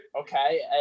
Okay